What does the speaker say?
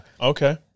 Okay